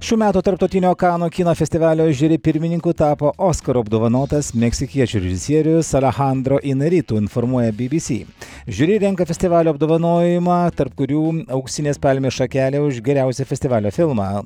šių metų tarptautinio kanų kino festivalio žiuri pirmininku tapo oskaru apdovanotas meksikiečių režisierius arahandro inaritu informuoja bi bi si žiuri renka festivalio apdovanojimą tarp kurių auksinės palmės šakelę už geriausią festivalio filmą